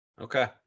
Okay